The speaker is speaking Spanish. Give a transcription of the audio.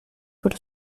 por